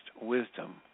wisdom